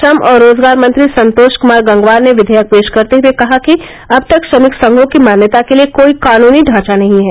श्रम और रोजगार मंत्री संतोष कुमार गंगवार ने विधेयक पेश करते हुए कहा कि अब तक श्रमिक संघों की मान्यता के लिए कोई कानूनी ढांचा नहीं है